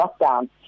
lockdown